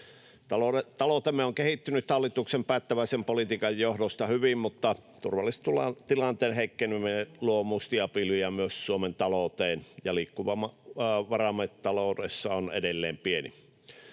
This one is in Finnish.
Taloutemme on kehittynyt hallituksen päättäväisen politiikan johdosta hyvin, mutta turvallisuustilanteen heikkeneminen luo mustia pilviä myös Suomen talouteen, ja liikkumavaramme taloudessa on edelleen pieni.